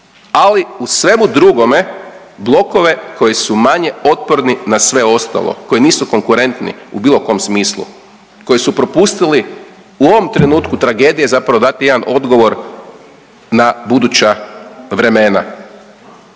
ali u svemu drugome blokove koji su manje otporni na sve ostalo, koji nisu konkurentni u bilo kom smislu, koji su propustili u ovom trenutku tragedije zapravo dati jedan odgovor na buduća vremena.